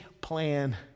plan